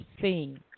seen